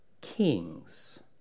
kings